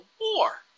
war